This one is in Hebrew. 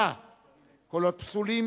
108. קולות פסולים,